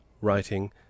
writing